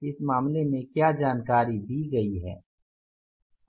इस मामले में क्या जानकारी दी गई है